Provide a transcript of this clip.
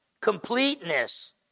completeness